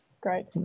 Great